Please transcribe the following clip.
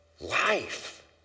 life